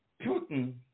Putin